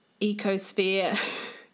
ecosphere